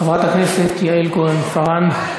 חברת הכנסת יעל כהן-פארן,